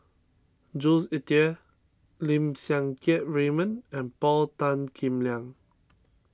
Jules Itier Lim Siang Keat Raymond and Paul Tan Kim Liang